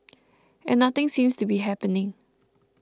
and nothing seems to be happening